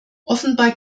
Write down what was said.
offenbar